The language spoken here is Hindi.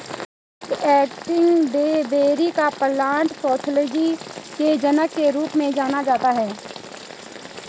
हेनरिक एंटोन डी बेरी को प्लांट पैथोलॉजी के जनक के रूप में जाना जाता है